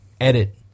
Edit